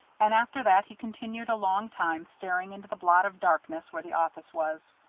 and after that he continued a long time staring into the blot of darkness where the office was.